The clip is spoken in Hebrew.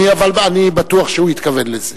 אבל אני בטוח שהוא התכוון לזה.